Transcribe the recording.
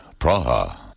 Praha